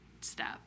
step